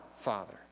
Father